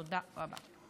תודה רבה.